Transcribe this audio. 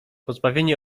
pozbawieni